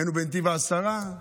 היינו בנתיב העשרה,